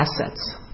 assets